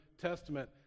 Testament